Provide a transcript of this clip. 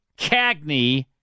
Cagney